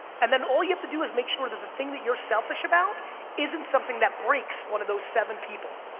and then all you have to do is to make sure that the thing that you're selfish about isn't something that breaks one of those seven people,